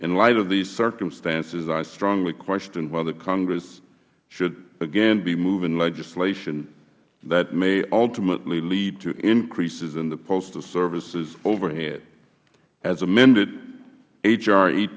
in light of these circumstances i strongly question whether congress should again be moving legislation that may ultimately lead to increases in the postal services overhead as amended h r eight